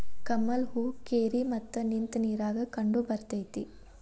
ಕಮಲ ಹೂ ಕೆರಿ ಮತ್ತ ನಿಂತ ನೇರಾಗ ಕಂಡಬರ್ತೈತಿ